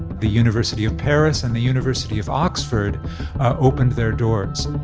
the university of paris and the university of oxford opened their doors.